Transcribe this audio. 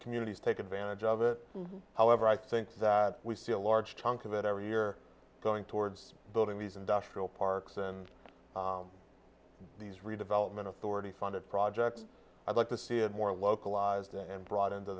communities take advantage of it however i think that we see a large chunk of it every year going towards building these industrial parks and these redevelopment authority funded projects i'd like to see and more localized and brought into